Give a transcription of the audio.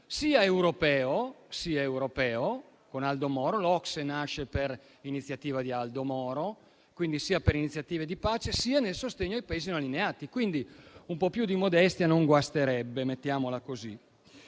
protagonismo sia europeo con Aldo Moro (l'OCSE nasce per iniziativa di Aldo Moro), sia per iniziative di pace, sia nel sostegno ai Paesi non allineati. Quindi un po' più di modestia non guasterebbe (mettiamola così).